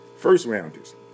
first-rounders